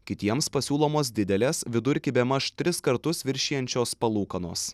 kitiems pasiūlomos didelės vidurkį bemaž tris kartus viršijančios palūkanos